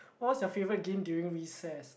what's your favourite game during recess